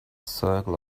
circle